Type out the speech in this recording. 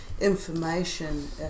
information